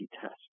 test